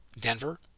Denver